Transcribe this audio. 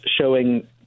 showing